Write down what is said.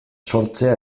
sortzea